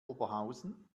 oberhausen